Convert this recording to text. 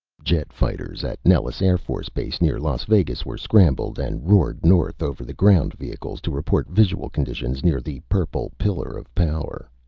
jet fighters at nellis air force base near las vegas, were scrambled and roared north over the ground vehicles to report visual conditions near the purple pillar of power.